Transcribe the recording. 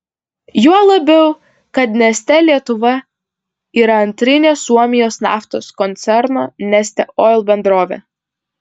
juo labiau kad neste lietuva yra antrinė suomijos naftos koncerno neste oil bendrovė